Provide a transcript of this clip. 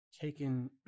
taken